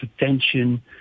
attention